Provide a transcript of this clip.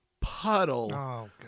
puddle